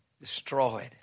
Destroyed